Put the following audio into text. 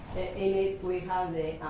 in it, we have the